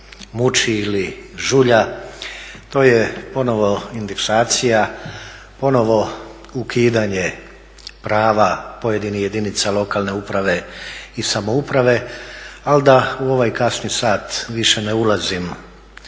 muči ili žulja to je ponovo indeksacija, ponovo ukidanje prava pojedinih jedinica lokalne uprave i samouprave, ali da u ovaj kasni sat više ne ulazim